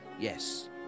yes